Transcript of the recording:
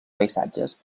paisatges